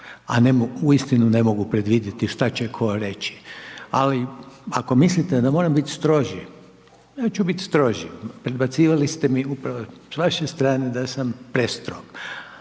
a uistinu ne mogu predvidjeti što će tko reći. Ali ako mislite da moram biti stroži, ja ću biti stroži, predbacivali ste mi upravo s vaše strane da sam prestrog.